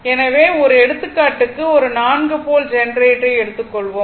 எனவே ஒரு எடுத்துக்காட்டுக்கு ஒரு 4 போல் ஜெனரேட்டரை எடுத்துக் கொண்டுள்ளோம்